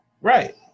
Right